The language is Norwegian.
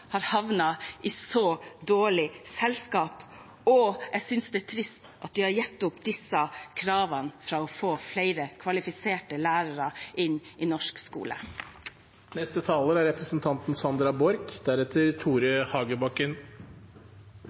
har havnet i så dårlig selskap, og jeg synes det er trist at de har gitt opp disse kravene for å få flere kvalifiserte lærere inn i norsk skole.